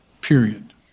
period